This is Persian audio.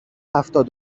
هفتاد